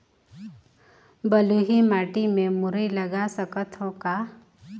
बलुही माटी मे मुरई लगा सकथव का?